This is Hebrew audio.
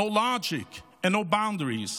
no logic and no boundaries.